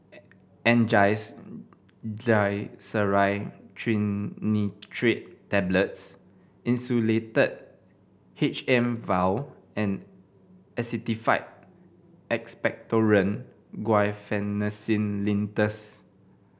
Angised Glyceryl Trinitrate Tablets Insulatard H M vial and Actified Expectorant Guaiphenesin Linctus